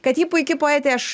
kad ji puiki poetė aš